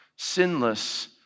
sinless